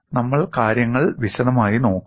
നമ്മൾ കാര്യങ്ങൾ വിശദമായി നോക്കുന്നു